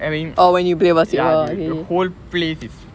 I mean ya dude the whole place is